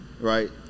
right